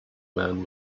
man